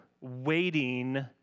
waiting